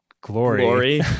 glory